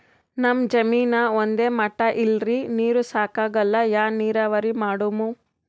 ನಮ್ ಜಮೀನ ಒಂದೇ ಮಟಾ ಇಲ್ರಿ, ನೀರೂ ಸಾಕಾಗಲ್ಲ, ಯಾ ನೀರಾವರಿ ಮಾಡಮು?